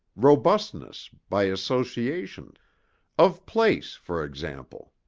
robustness, by associations of place, for example.